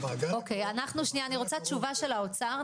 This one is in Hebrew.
אני רוצה תשובה של האוצר,